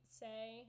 say